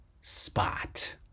spot